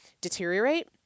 deteriorate